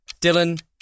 Dylan